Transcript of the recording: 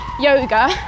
yoga